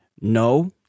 No